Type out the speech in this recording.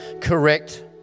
correct